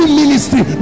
ministry